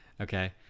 Okay